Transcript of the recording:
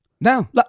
now